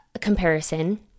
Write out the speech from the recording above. comparison